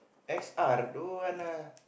X_R don't want lah